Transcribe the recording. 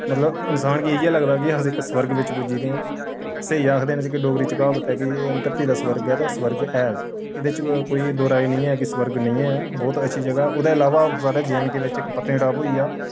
मतलब इंसान गी इयै लगदा ऐ कि अस इक स्वर्ग बिच्च पुज्जी गेदे आं स्हेई आखदे न जे के डोगरी च क्हावत ऐ कि एह् धरती दा स्वर्ग ऐ ते ओह् स्वर्ग है एह्दे च कोई दो राय नेईं ऐ कि स्वर्ग नेईं ऐ बोह्त अच्छी जगह ऐ ओह्दे अलावा साढ़े जे एण्ड के बिच्च इक पत्नीटॉप होई गेआ